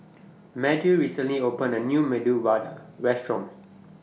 Matthew recently opened A New Medu Vada Restaurant